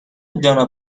جانا